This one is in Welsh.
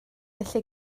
felly